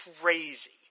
crazy